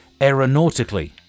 aeronautically